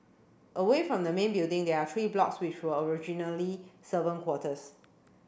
away from the main building there are three blocks which were originally servant quarters